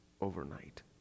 overnight